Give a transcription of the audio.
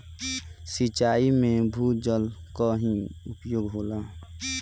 सिंचाई में भूजल क ही उपयोग होला